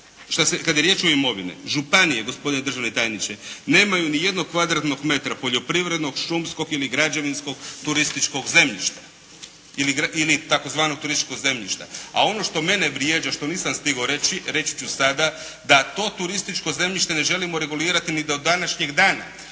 kada je riječ o imovini. Županije gospodine državni tajniče, nemaju ni jednog kvadratnog metra poljoprivrednog, šumskog ili građevinskog turističkog zemljišta ili tzv. turističkog zemljišta. A ono što mene vrijeđa što nisam stigao reći, reći ću sada, da to turističko zemljište ne želimo regulirati ni do današnjeg dana.